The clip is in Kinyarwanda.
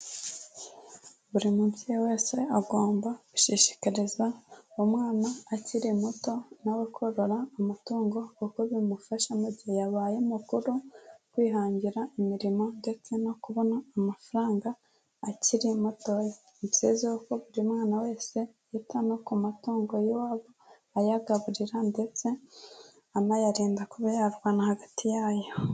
Buri mubyeyi wese agomba gushishikariza umwana akiri muto na we korora amatungo kuko bimufasha mu gihe yabaye mukuru, kwihangira imirimo ndetse no kubona amafaranga akiri mutoya. Ni byiza yuko buri mwana wese yita no ku matungo y'iwabo, ayagaburira ndetse anayarinda kuba yarwana hagati yayo.